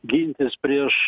gintis prieš